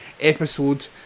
episode